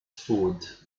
food